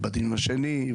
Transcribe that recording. ובדיון השני,